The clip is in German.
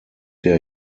der